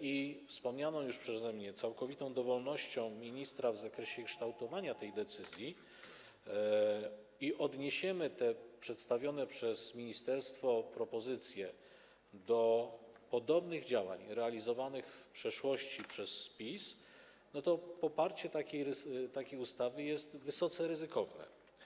i wspomnianą już przeze mnie całkowitą dowolnością ministra w zakresie kształtowania tej decyzji, i odniesiemy te przedstawione przez ministerstwo propozycje do podobnych działań realizowanych w przeszłości przez PiS, to poparcie takiej ustawy jest wysoce ryzykowne.